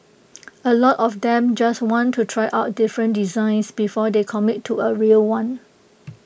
A lot of them just want to try out different designs before they commit to A real one